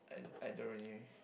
I I don't really